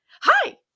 hi